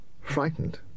Frightened